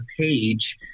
page